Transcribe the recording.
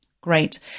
Great